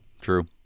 true